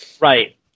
Right